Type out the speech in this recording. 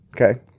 Okay